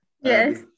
Yes